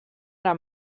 era